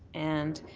and